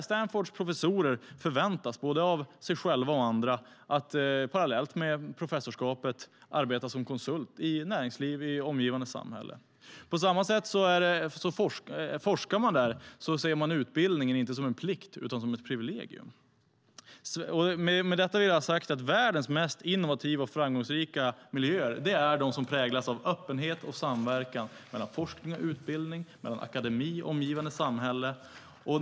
Stanfords professorer förväntas, både av sig själva och av andra, att parallellt med sin professur arbeta som konsult i näringslivet i det omgivande samhället. Forskar man där ser man utbildningen inte som en plikt utan som ett privilegium. Med detta vill jag ha sagt att världens mest innovativa och framgångsrika miljöer är de som präglas av öppenhet och samverkan mellan forskning och utbildning, mellan akademi och omgivande samhälle.